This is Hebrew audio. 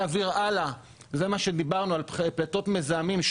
הלאה, זה מה שדיברנו על פליטות מזהמים.